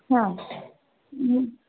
हां